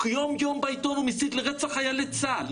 יום-יום בעיתון הוא מסית לרצח לחיילי צה"ל,